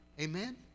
Amen